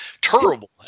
Terrible